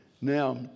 Now